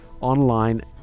online